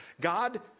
God